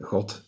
God